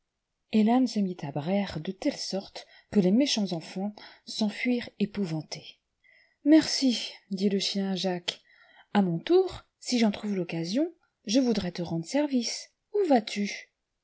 l'âne se mit à braire de telle sorte que les méchants enfants s'enfuirent épouvantés merci dit le chien à jacques a mon tour si j'en trouve l'occasion je voudrais te rendre service où vas-tu